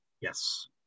yes